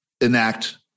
enact